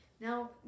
Now